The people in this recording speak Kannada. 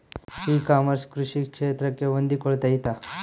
ಇ ಕಾಮರ್ಸ್ ಕೃಷಿ ಕ್ಷೇತ್ರಕ್ಕೆ ಹೊಂದಿಕೊಳ್ತೈತಾ?